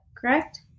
correct